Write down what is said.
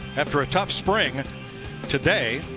after a tough spring today.